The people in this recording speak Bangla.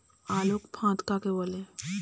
আলোক ফাঁদ কাকে বলে?